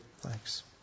Thanks